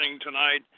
tonight